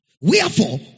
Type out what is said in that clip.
Wherefore